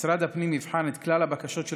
משרד הפנים יבחן את כלל הבקשות של